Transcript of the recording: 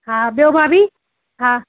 हा ॿियों भाभी हा